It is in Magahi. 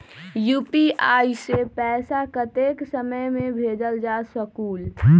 यू.पी.आई से पैसा कतेक समय मे भेजल जा स्कूल?